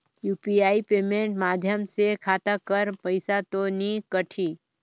UPI payment माध्यम से खाता कर पइसा तो नी कटही?